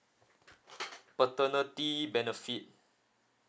paternity benefit